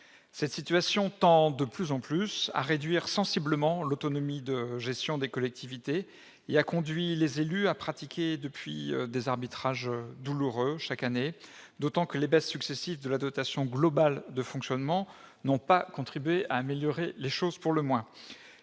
Cette situation tend de plus en plus à réduire sensiblement l'autonomie de gestion des collectivités territoriales. Elle a conduit les élus à pratiquer des arbitrages douloureux, d'autant que les baisses successives de la dotation globale de fonctionnement n'ont pas contribué à améliorer les choses. Les